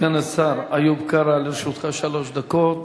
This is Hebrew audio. סגן השר איוב קרא, לרשותך שלוש דקות.